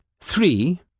three